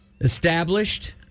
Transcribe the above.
established